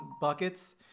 buckets